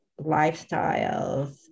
lifestyles